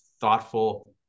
thoughtful